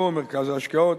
הוא מרכז ההשקעות.